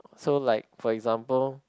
so like for example